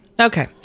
Okay